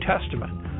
Testament